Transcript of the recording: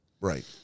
Right